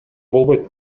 болбойт